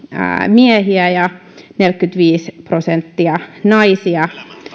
miehiä ja neljäkymmentäviisi prosenttia naisia